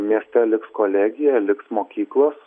mieste liks kolegija liks mokyklos